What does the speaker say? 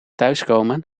thuiskomen